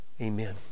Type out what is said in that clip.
Amen